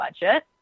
budget